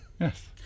Yes